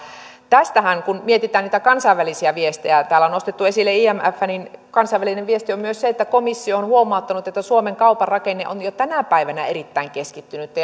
kun mietitään niitä kansainvälisiä viestejä täällä on nostettu esille imf niin kansainvälinen viesti on myös se että komissio on huomauttanut että suomen kaupan rakenne on jo tänä päivänä erittäin keskittynyttä